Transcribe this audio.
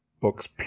books